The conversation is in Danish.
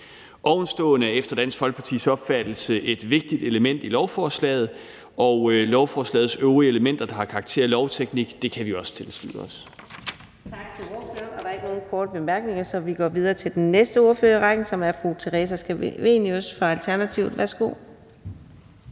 Ovenstående er efter Dansk Folkepartis opfattelse et vigtigt element i lovforslaget, og lovforslagets øvrige elementer, der har karakter af lovteknik, kan vi også tilslutte os.